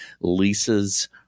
Lisa's